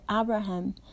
Abraham